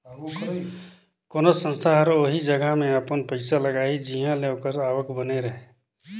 कोनोच संस्था हर ओही जगहा में अपन पइसा लगाही जिंहा ले ओकर आवक बने रहें